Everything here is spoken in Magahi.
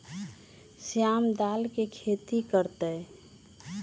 श्याम दाल के खेती कर तय